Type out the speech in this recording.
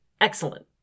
Excellent